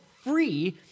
free